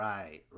Right